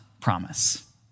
promise